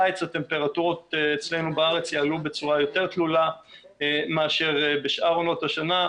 הטמפרטורות אצלנו בארץ יעלו בצורה יותר תלולה מאשר בשאר עונות השנה.